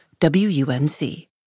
WUNC